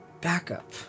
backup